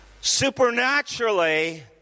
Supernaturally